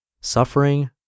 suffering